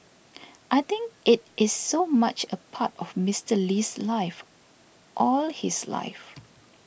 I think it is so much a part of Mister Lee's life all his life